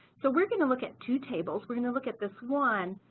so we're going to look at two tables, we're going to look at this one